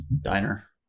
diner